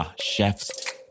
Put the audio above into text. chef's